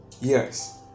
Yes